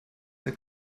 der